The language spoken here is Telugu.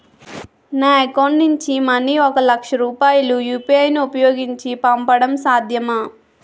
నా అకౌంట్ నుంచి మనీ ఒక లక్ష రూపాయలు యు.పి.ఐ ను ఉపయోగించి పంపడం సాధ్యమా?